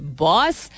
boss